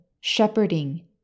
shepherding